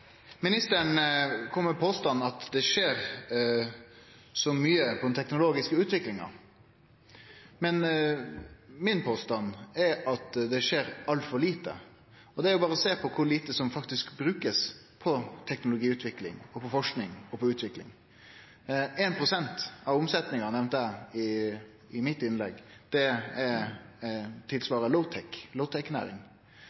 Ministeren kom med den påstanden at det skjer så mykje med omsyn til den teknologiske utviklinga. Min påstand er at det skjer altfor lite. Det er berre å sjå på kor lite som faktisk blir brukt på teknologiutvikling – på forsking og utvikling – 1 pst. av omsetninga nemnde eg i innlegget mitt. Det